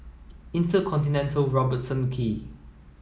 InterContinental Robertson Quay